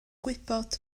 gwybod